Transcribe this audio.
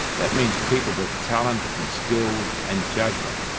that means people with talent and skills and judgment.